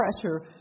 pressure